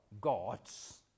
gods